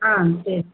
ஆ சரி